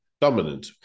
dominant